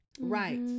Right